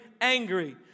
angry